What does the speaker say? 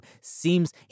seems